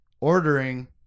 ordering